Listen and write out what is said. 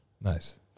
Nice